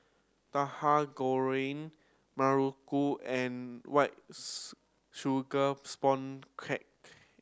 Tauhu Goreng muruku and white sugar sponge cake